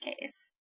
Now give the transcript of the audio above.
case